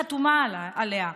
אמנה שמדינת ישראל חתומה עליה.